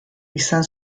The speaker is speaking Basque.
izan